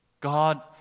God